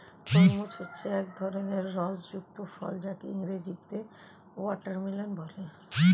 তরমুজ হচ্ছে এক ধরনের রস যুক্ত ফল যাকে ইংরেজিতে ওয়াটারমেলান বলে